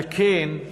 על כן,